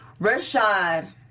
Rashad